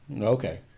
Okay